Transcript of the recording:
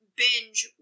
binge